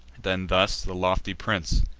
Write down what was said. then thus the lofty prince